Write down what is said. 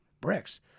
bricks